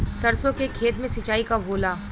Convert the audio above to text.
सरसों के खेत मे सिंचाई कब होला?